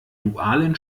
dualen